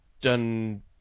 done